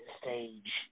stage